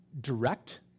direct